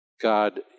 God